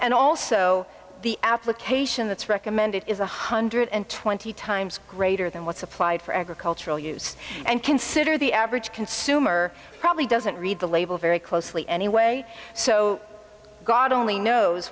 and also the application that's recommended is one hundred twenty times greater than what's applied for agricultural use and consider the average consumer probably doesn't read the label very closely anyway so god only knows